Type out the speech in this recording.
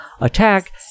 attack